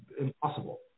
impossible